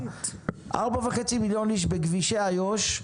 4.5 מיליון איש בכבישי איו"ש,